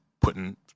putting